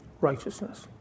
righteousness